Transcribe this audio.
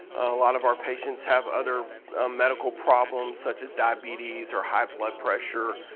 a lot of our patients have other medical problems such as diabetes or high blood pressure.